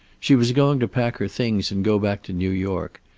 she was going to pack her things and go back to new york.